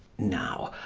now,